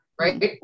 right